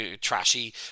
trashy